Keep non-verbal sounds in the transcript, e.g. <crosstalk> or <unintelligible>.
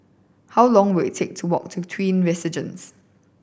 how long will it take to walk to Twin <unintelligible>